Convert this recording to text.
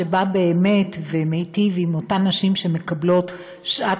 שבאמת מיטיב עם אותן נשים שמקבלות שעת